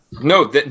No